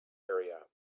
area